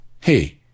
hey